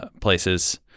places